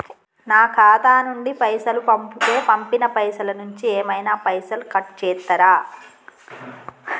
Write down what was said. నా ఖాతా నుండి పైసలు పంపుతే పంపిన పైసల నుంచి ఏమైనా పైసలు కట్ చేత్తరా?